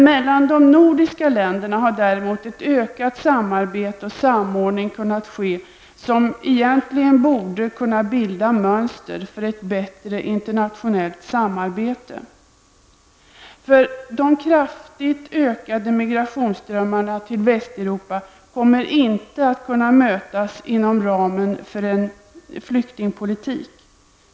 Mellan de nordiska länderna har däremot ett ökat samarbete och en samordning kunnat ske, vilket egentligen borde kunna bilda mönster för ett bättre internationellt samarbete. Västeuropa kommer inte att kunna mötas inom ramen för en flyktingpolitik.